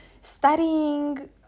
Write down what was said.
Studying